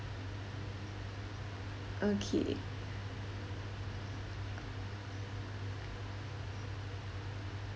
okay